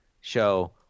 show